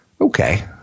Okay